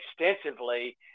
extensively